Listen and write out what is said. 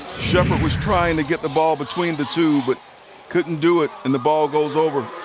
sheppard was trying to get the ball between the two but couldn't do it and the ball goes over.